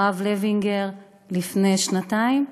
הרב לוינגר לפני שנתיים,